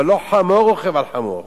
אבל לא חמור רוכב על חמור,